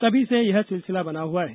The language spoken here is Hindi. तभी से यह सिलसिला बना हुआ है